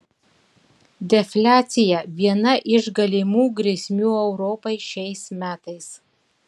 defliacija viena iš galimų grėsmių europai šiais metais